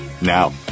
Now